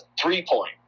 three-point